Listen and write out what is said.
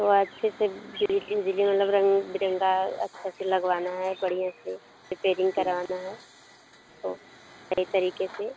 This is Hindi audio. थोड़ा अच्छे से बिजली ओजली मतलब रंग बिरंगा अच्छा से लगवाना है बढ़िया से रिपेरिंग करवाना है तो नए तरीके से